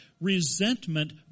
Resentment